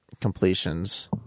completions